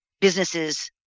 businesses